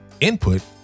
input